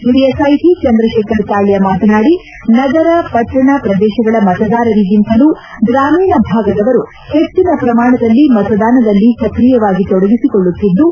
ಹಿರಿಯ ಸಾಹಿತಿ ಚಂದ್ರಶೇಖರ್ ತಾಳ್ನ ಮಾತನಾಡಿ ನಗರ ಪಟ್ಟಣ ಪ್ರದೇಶಗಳ ಮತದಾರರಿಗಿಂತಲೂ ಗ್ರಾಮೀಣ ಭಾಗದವರು ಹೆಚ್ಚಿನ ಪ್ರಮಾಣದಲ್ಲಿ ಮತದಾನದಲ್ಲಿ ಸಕ್ರಿಯವಾಗಿ ತೊಡಗಿಸಿಕೊಳ್ಳುತ್ತಿದ್ದು